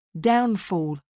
downfall